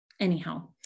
Anyhow